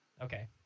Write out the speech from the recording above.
Okay